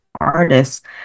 artists